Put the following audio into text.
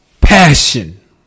passion